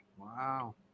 Wow